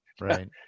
right